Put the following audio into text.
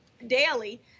daily